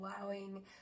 allowing